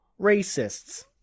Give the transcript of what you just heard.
Racists